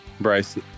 Bryce